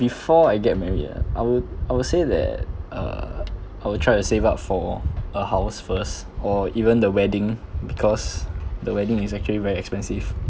before I get married ah I would I would say that uh I will try to save up for a house first or even the wedding because the wedding is actually very expensive